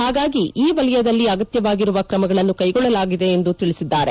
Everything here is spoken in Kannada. ಹಾಗಾಗಿ ಈ ವಲಯದಲ್ಲಿ ಅಗತ್ಯವಾಗಿರುವ ಕ್ರಮಗಳನ್ನು ಕೈಗೊಳ್ಳಲಿದೆ ಎಂದು ತಿಳಿಸಿದ್ದಾರೆ